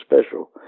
special